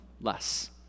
less